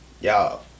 y'all